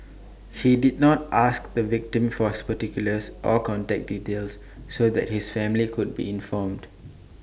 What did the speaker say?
he did not ask the victim for his particulars or contact details so that his family could be informed